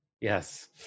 Yes